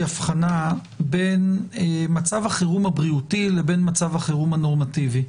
הבחנה בין מצב החירום הבריאותי לבין מצב החירום הנורמטיבי.